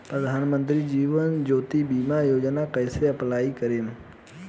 प्रधानमंत्री जीवन ज्योति बीमा योजना कैसे अप्लाई करेम?